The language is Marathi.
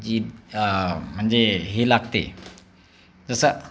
जी म्हणजे ही लागते तसं